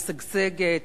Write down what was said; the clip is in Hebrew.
משגשגת,